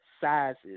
sizes